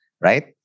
Right